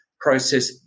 process